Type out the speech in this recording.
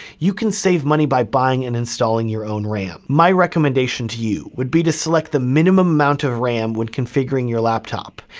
you can save money by buying and installing your own ram. my recommendation to you, would be to select the minimum amount of ram when configuring your laptop.